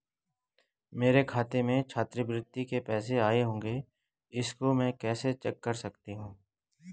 मेरे खाते में छात्रवृत्ति के पैसे आए होंगे इसको मैं कैसे चेक कर सकती हूँ?